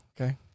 okay